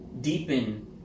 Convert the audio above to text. deepen